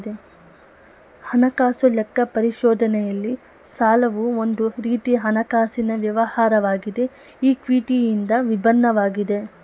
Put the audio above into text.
ಹಣಕಾಸು ಲೆಕ್ಕ ಪರಿಶೋಧನೆಯಲ್ಲಿ ಸಾಲವು ಒಂದು ರೀತಿಯ ಹಣಕಾಸಿನ ವ್ಯವಹಾರವಾಗಿದೆ ಈ ಕ್ವಿಟಿ ಇಂದ ವಿಭಿನ್ನವಾಗಿದೆ